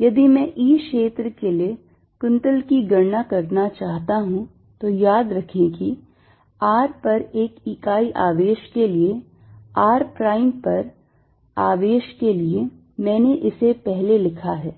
यदि मैं E क्षेत्र के लिए कुंतल की गणना करना चाहता हूं तो याद रखें कि r पर एक इकाई आवेश के लिए r prime पर आवेश के लिए मैंने इसे पहले लिखा है